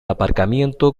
aparcamiento